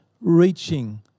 reaching